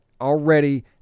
already